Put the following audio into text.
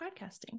podcasting